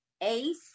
Ace